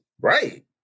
Right